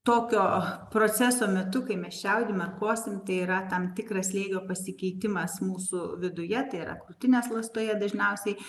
tokio proceso metu kai mes čiaudome ar kosim tai yra tam tikras slėgio pasikeitimas mūsų viduje tai yra krūtinės ląstoje dažniausiai